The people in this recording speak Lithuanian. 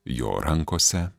jo rankose